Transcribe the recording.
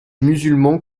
musulmans